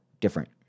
different